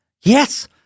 Yes